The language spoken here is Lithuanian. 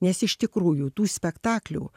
nes iš tikrųjų tų spektaklių